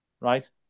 right